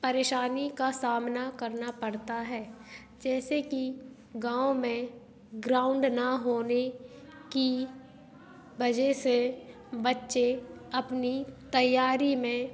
परेशानी का सामना करना पड़ता है जैसे कि गाँव में ग्राउंड ना होने की वजह से बच्चे अपनी तैयारी में